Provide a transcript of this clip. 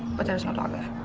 but there's no dog there.